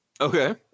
Okay